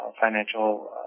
financial